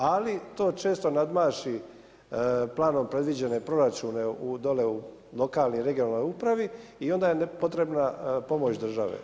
Ali to često nadmaši planom predviđene proračune dole u lokalnoj, regionalnoj upravi i onda je potrebna pomoć države.